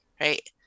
right